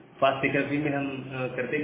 fast recovery में हम करते क्या हैं